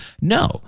no